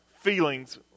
feelings